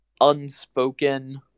unspoken